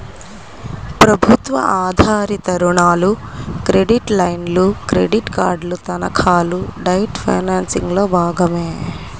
ప్రభుత్వ ఆధారిత రుణాలు, క్రెడిట్ లైన్లు, క్రెడిట్ కార్డులు, తనఖాలు డెట్ ఫైనాన్సింగ్లో భాగమే